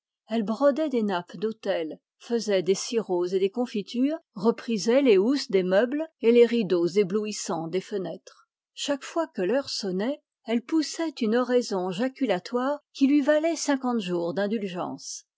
elle brodait des nappes d'autel faisait des sirops et des confitures reprisait les housses des meubles et les rideaux éblouissants des fenêtres chaque fois que l'heure sonnait elle poussait une oraison jaculatoire qui lui valait cinquante jours d'indulgence